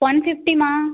one ஃபிப்டிம்மா